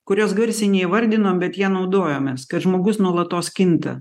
kurios garsiai neįvardinom bet ja naudojomės kad žmogus nuolatos kinta